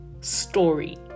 story